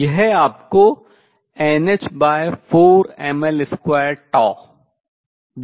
यह आपको nh4ml2τ देता है